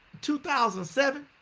2007